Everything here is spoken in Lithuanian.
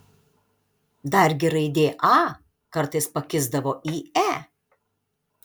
dargi raidė a kartais pakisdavo į e